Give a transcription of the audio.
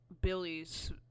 Billy's